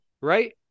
right